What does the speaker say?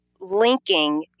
linking